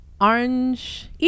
Orange